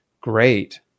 great